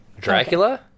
Dracula